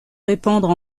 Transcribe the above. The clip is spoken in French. répandre